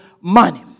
money